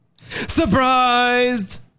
Surprised